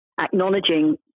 acknowledging